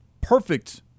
Perfect